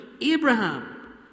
Abraham